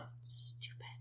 Stupid